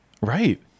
right